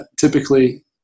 Typically